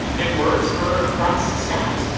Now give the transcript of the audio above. it worked for cross scott.